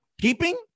keeping